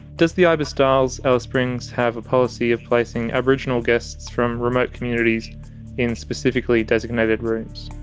does the ibis styles alice springs have a policy of placing aboriginal guests from remote communities in specifically designated rooms?